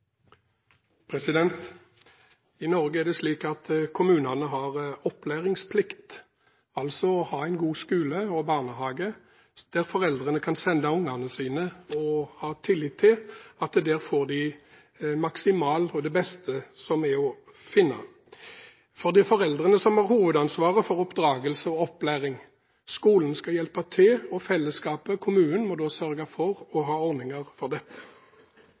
I Norge er det slik at kommunene har opplæringsplikt, altså plikt til å ha en god skole og barnehage der foreldrene kan sende ungene sine og ha tillit til at der får de det maksimale og det beste som er å finne. For det er foreldrene som har hovedansvaret for oppdragelse og opplæring. Skolen skal hjelpe til, og fellesskapet, kommunen, må sørge for å ha ordninger for dette.